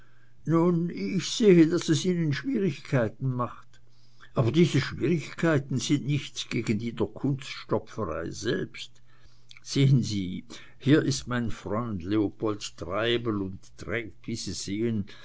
nun ich sehe daß es ihnen schwierigkeiten macht aber diese schwierigkeiten sind nichts gegen die der kunststopferei selbst sehen sie hier ist mein freund leopold treibel und trägt wie sie sehen